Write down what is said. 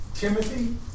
Timothy